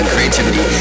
creativity